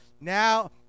Now